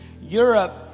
Europe